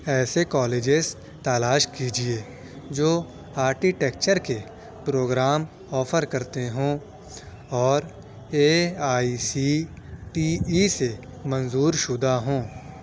ایسے کالجز تالاش کیجیے جو آرٹیٹکچر کے پروگرام آفر کرتے ہوں اور A I C T E سے منظور شدہ ہوں